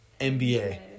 NBA